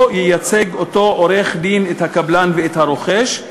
לא ייצג אותו עורך-דין את הקבלן ואת הרוכש,